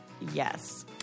yes